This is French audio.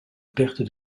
perte